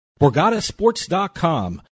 BorgataSports.com